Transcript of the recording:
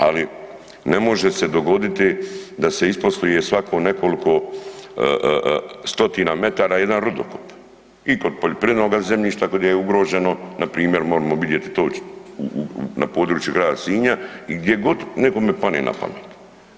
Ali, ne može se dogoditi da se isposluje svako nekoliko stotina metara jedan rudokop i kod poljoprivrednoga zemljišta, kad je ugroženo, npr. moramo vidjeti to na području grada Sinja i gdje kod nekome padne na pamet.